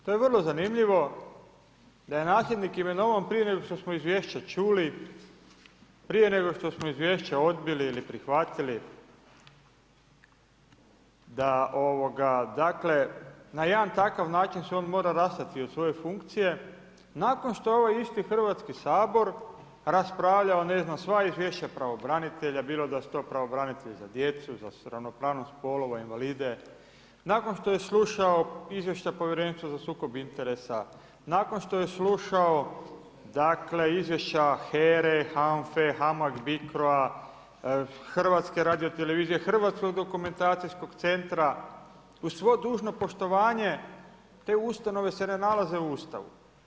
To je vrlo zanimljivo da je nasljednik imenovan prije nego što smo izvješće čuli, prije nego što smo izvješće odbili ili prihvatili da na jedan takav način se on mora rastati od svoje funkcije, nakon što ovaj isti Hrvatski sabor raspravljao ne znam, sva izvješća pravobranitelja, bilo da su to pravobranitelj za djecu, za ravnopravnost spolova, invalide, nakon što je slušao izvještaj Povjerenstva za sukob interesa, nakon što je slušao izvješća HERE, HAMFE, HAMAK BIKRO-a, Hrvatske radio televizije, Hrvatskog dokumentacijskog centra, uz svo dužno poštovanje te ustanove se ne nalaze u Ustavu.